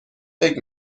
فکر